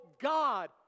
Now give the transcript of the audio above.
God